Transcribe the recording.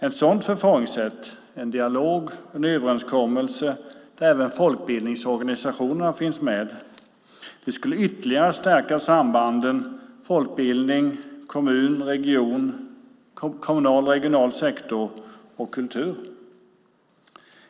Ett sådant förfaringssätt - en dialog och en överenskommelse där även folkbildningsorganisationerna finns med - skulle ytterligare stärka sambanden mellan folkbildning, kommunal och regional sektor och kultur.